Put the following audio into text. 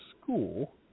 school